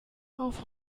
auf